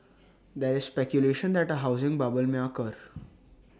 there is speculation that A housing bubble may occur